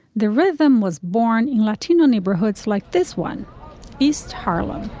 the rhythm was born in latino neighborhoods like this one east harlem